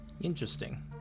Interesting